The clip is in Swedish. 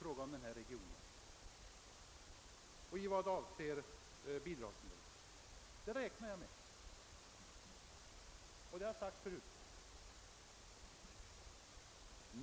Jag räknar med det, och det har jag sagt förut.